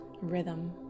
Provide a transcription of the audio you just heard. rhythm